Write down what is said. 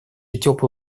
тепло